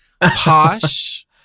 posh